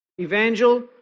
Evangel